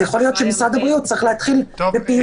אז יכול להיות שמשרד הבריאות צריך להתחיל בפעילות